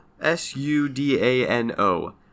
S-U-D-A-N-O